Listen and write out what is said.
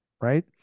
Right